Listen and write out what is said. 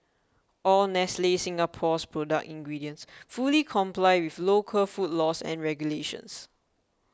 all Nestle Singapore's product ingredients fully comply with local food laws and regulations